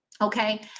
Okay